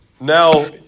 Now